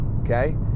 okay